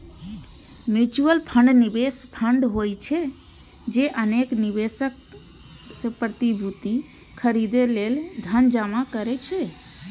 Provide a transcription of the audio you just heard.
mutual fund निवेश fund होइ छै, जे अनेक निवेशक सं प्रतिभूति खरीदै लेल धन जमा करै छै